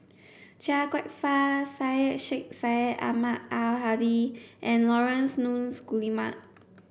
Chia Kwek Fah Syed Sheikh Syed Ahmad Al Hadi and Laurence Nunns Guillemard